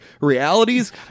realities